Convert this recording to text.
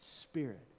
spirit